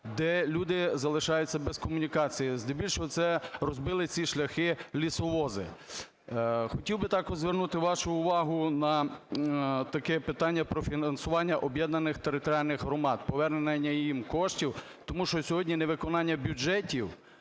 де люди залишаються без комунікації, здебільшого це розбили ці шляхи лісовози. Хотів би також звернути вашу увагу на таке питання – про фінансування об'єднаних територіальних громад, повернення їм коштів. Тому що сьогодні невиконання бюджетів